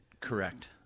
Correct